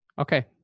Okay